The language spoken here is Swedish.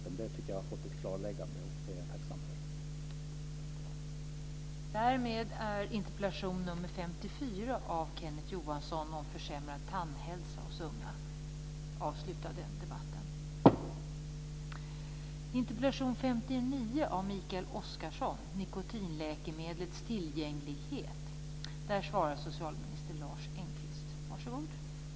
Jag tycker att jag har fått ett klarläggande, och det är jag tacksam för.